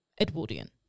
Edwardian